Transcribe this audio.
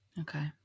Okay